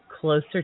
closer